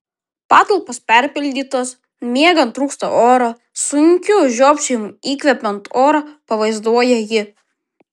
patalpos perpildytos miegant trūksta oro sunkiu žiopčiojimu įkvepiant orą pavaizduoja ji